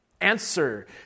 Answer